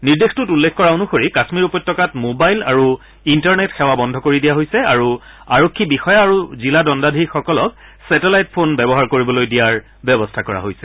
নিৰ্দেশটোত উল্লেখ কৰা অনুসৰি কাশ্মীৰ উপত্যকাত মবাইল আৰু ইণ্টাৰনেট সেৱা বন্ধ কৰি দিয়া হৈছে আৰু আৰক্ষী বিষয়া আৰু জিলা দগুধীশ সকলক ছেটেলাইট ফন ব্যৱহাৰ কৰিবলৈ দিয়াৰ ব্যৱস্থা কৰা হৈছে